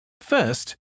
First